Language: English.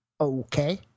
Okay